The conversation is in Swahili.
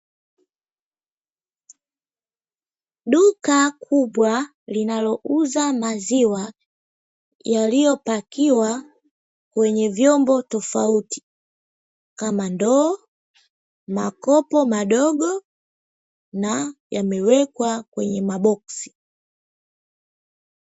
Duka kubwa linalouza maziwa yaliyopakiwa kwenye vyombo tofauti kama: ndoo, makopo madogo na yamewekwa kwenye maboksi.